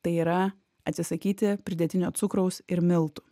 tai yra atsisakyti pridėtinio cukraus ir miltų